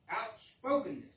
outspokenness